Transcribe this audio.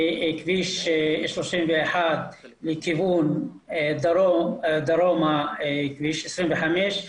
וכביש 31 מכיוון דרומה כביש 25,